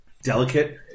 Delicate